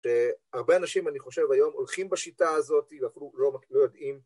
הרבה אנשים, אני חושב, היום הולכים בשיטה הזאת, ואפילו לא יודעים.